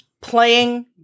playing